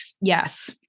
Yes